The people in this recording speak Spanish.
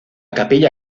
capilla